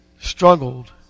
struggled